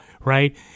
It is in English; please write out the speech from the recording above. Right